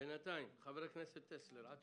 בינתיים עד